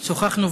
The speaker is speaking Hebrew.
שוחחנו,